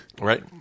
Right